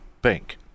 Bank